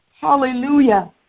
Hallelujah